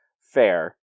Fair